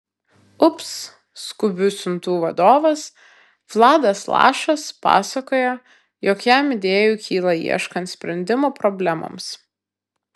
ups skubių siuntų vadovas vladas lašas pasakoja jog jam idėjų kyla ieškant sprendimų problemoms